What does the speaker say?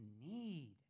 need